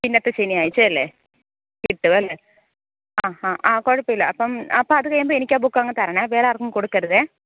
പിന്നത്തെ ശനിയാഴ്ചയല്ലേ കിട്ടുവല്ലേ ആ ഹാ ആ കുഴപ്പമില്ല അപ്പം അപ്പമത് കഴിയുമ്പോൾ എനിക്കാ ബുക്ക് അങ്ങ് തരണേ വേറാർക്കും കൊടുക്കരുതേ